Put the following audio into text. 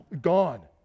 gone